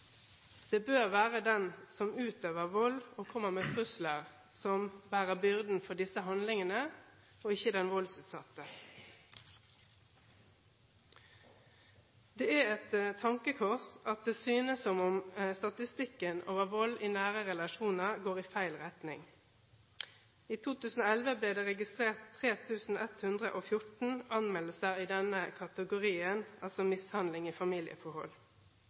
Det bør være den som utøver vold og kommer med trusler, som bærer byrden for disse handlingene – ikke den voldsutsatte. Det er et tankekors at det synes som om statistikken over vold i nære relasjoner går i feil retning. I 2011 ble det registrert 3 114 anmeldelser i denne kategorien – altså mishandling i familieforhold.